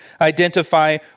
identify